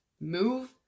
Move